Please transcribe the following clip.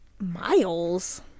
Miles